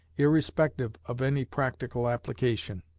irrespective of any practical application.